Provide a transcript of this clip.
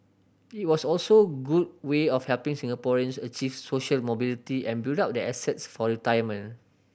it was also good way of helping Singaporeans achieve social mobility and build up their assets for retirement